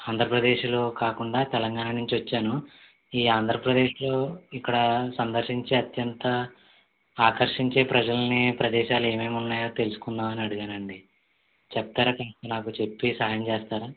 ఆంధ్రప్రదేశ్లో కాకుండా తెలంగాణ నుంచి వచ్చాను ఈ ఆంధ్రప్రదేశ్లో ఇక్కడ సందర్శించే అత్యంత ఆకర్షించే ప్రజల్ని ప్రదేశాలు ఏవేవి ఉన్నాయో తెల్సుకుందాం అని అడిగానండి చెప్తారా కొంచెం నాకు చెప్పి సహాయం చేస్తారా